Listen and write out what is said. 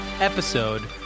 Episode